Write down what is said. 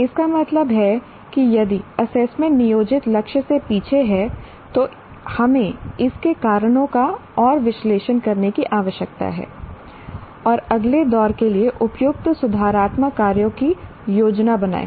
इसका मतलब है कि यदि एसेसमेंट नियोजित लक्ष्य से पीछे है तो हमें इसके कारणों का और विश्लेषण करने की आवश्यकता है और अगले दौर के लिए उपयुक्त सुधारात्मक कार्यों की योजना बनाएं